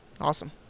Awesome